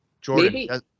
Jordan